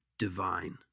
divine